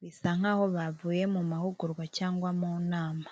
bisa nkaho bavuye m'amahugurwa cyangwa m'inama.